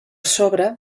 sobre